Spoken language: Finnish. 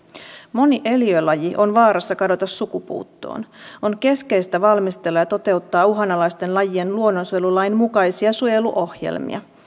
moni eliölaji on vaarassa kadota sukupuuttoon on keskeistä valmistella ja toteuttaa uhanalaisten lajien luonnonsuojelulain mukaisia suojeluohjelmia